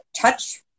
touch